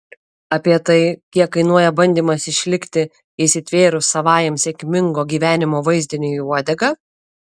apie tai kiek kainuoja bandymas išlikti įsitvėrus savajam sėkmingo gyvenimo vaizdiniui į uodegą